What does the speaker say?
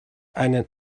einen